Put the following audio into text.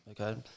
Okay